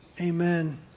amen